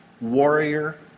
warrior